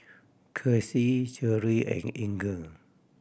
Kelsi Cherrie and Inger